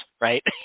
right